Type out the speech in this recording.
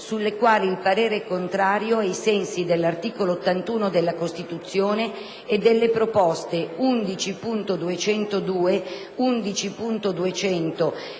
sulle quali il parere è contrario, ai sensi dell'articolo 81 della Costituzione, e delle proposte 11.202, 15.200